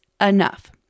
enough